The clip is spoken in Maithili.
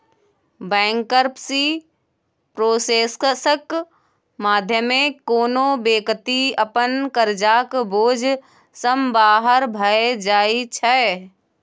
बैंकरप्सी प्रोसेसक माध्यमे कोनो बेकती अपन करजाक बोझ सँ बाहर भए जाइ छै